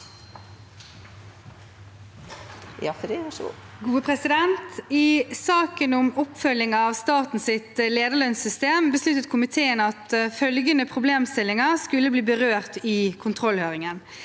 I saken om oppfølgning av statens lederlønnssystem besluttet komiteen at følgende problemstillinger skulle bli berørt i kontrollhøringen: